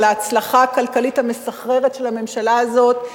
ההצלחה הכלכלית המסחררת של הממשלה הזאת,